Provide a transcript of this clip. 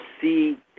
see